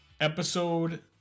episode